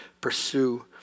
pursue